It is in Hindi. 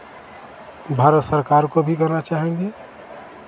भारत सरकार को भी कहना चाहेंगे